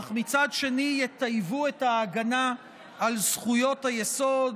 אך מצד שני יטייבו את ההגנה על זכויות היסוד